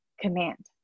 command